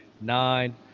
nine